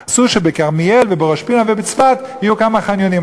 עשו שבכרמיאל ובראש-פינה ובצפת יהיו כמה חניונים.